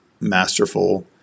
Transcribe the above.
masterful